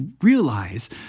realize